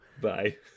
bye